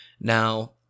Now